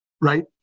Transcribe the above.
right